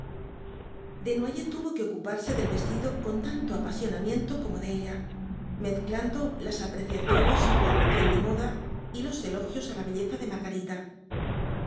desnoyers tuvo que ocuparse del vestido con tanto apasionamiento como de ella mezclando las apreciaciones sobre la reciente moda y los elogios á la belleza de margarita